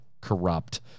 Corrupt